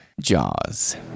Jaws